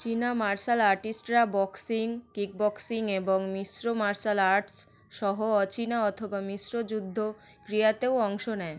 চীনা মার্শাল আর্টিস্টরা boxing kick boxing এবং মিশ্র মার্শাল আর্টস সহ অচীনা অথবা মিশ্র যুদ্ধ ক্রীড়াতেও অংশ নেয়